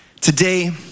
today